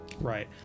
Right